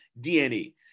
DNA